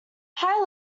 higher